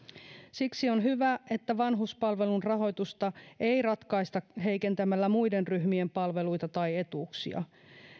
siksi on hyvä että vanhuspalvelun rahoitusta ei ratkaista heikentämällä muiden ryhmien palveluita tai etuuksia